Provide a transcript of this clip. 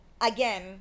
again